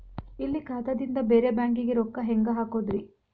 ಇಲ್ಲಿ ಖಾತಾದಿಂದ ಬೇರೆ ಬ್ಯಾಂಕಿಗೆ ರೊಕ್ಕ ಹೆಂಗ್ ಹಾಕೋದ್ರಿ?